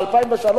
ב-2003,